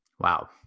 Wow